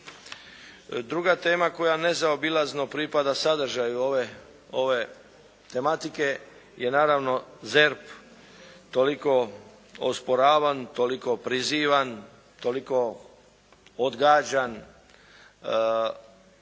Druga tema koja nezaobilazno pripada sadržaju ove tematike je naravno ZERP toliko osporavan, toliko prizivan, toliko odgađan